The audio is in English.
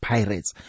Pirates